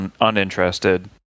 uninterested